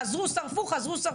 שרפו וחזרו עוד פעם.